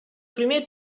primer